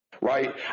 right